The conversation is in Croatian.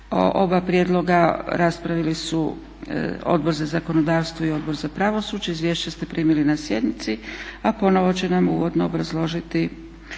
oba prijedloga raspravili su Odbor za zakonodavstvo i Odbor za pravosuđe. Izvješća ste primili na sjednici. A ponovno će nam uvodno obrazložiti